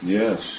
yes